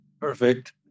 Perfect